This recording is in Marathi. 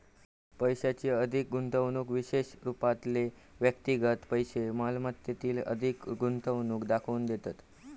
पैशाची अधिक गुंतवणूक विशेष रूपातले व्यक्तिगत पैशै मालमत्तेतील अधिक गुंतवणूक दाखवून देतत